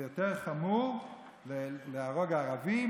זה יותר חמור להרוג ערבי,